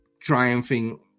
triumphing